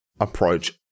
approach